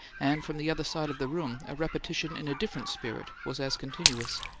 and from the other side of the room a repetition in a different spirit was as continuous.